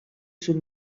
sul